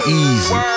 easy